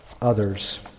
others